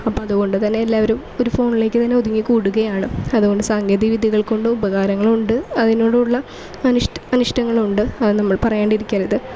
അപ്പം അതുകൊണ്ട് തന്നെ എല്ലാവരും ഒരു ഫോണിലേക്ക് തന്നെ ഒതുങ്ങി കൂടുകയാണ് അതുകൊണ്ട് സാങ്കേതിക വിദ്യകൾ കൊണ്ട് ഉപകാരങ്ങളും ഉണ്ട് അതിനോടുള്ള അനിഷ്ടങ്ങളുമുണ്ട് അത് നമ്മൾ പറയാതിരിക്കരുത്